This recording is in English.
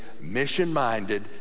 mission-minded